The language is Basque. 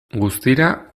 guztira